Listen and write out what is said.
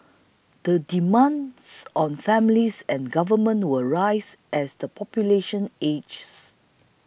the demands on families and government will rise as the population ages